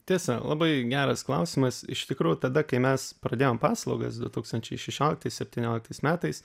tiesa labai geras klausimas iš tikrųjų tada kai mes pradėjom paslaugas du tūkstančiai šešioliktais septynioliktais metais